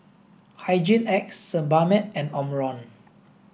Hygin X Sebamed and Omron